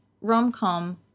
rom-com